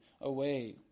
away